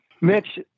Mitch